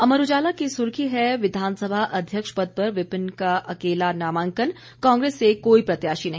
अमर उजाला की सुर्खी है विधानसभा अध्यक्ष पद पर विपिन का अकेला नामांकन कांग्रेस से कोई प्रत्याशी नहीं